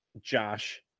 Josh